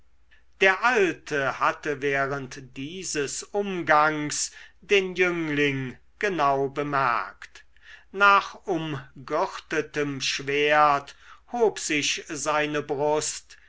der alte hatte während dieses umgangs den jüngling genau bemerkt nach umgürtetem schwert hob sich seine brust